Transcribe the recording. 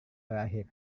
berakhir